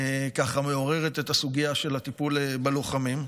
ומעוררת את הסוגיה של הטיפול בלוחמים.